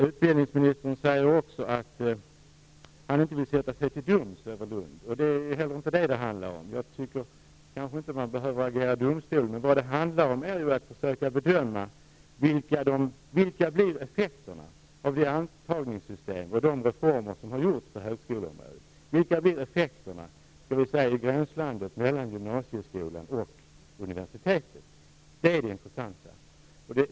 Utbildningsministern säger också att han inte vill sätta sig till doms över Lund, men det är heller inte det som det handlar om -- jag tycker kanske inte att man behöver agera domstol. Vad det handlar om är att försöka bedöma vilka effekterna blir av det antagningssystem och de reformer som har införts på högskoleområdet, vilka effekterna av detta blir i gränslandet mellan gymnasieskolan och universitetet. Det är det intressanta.